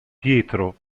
pietro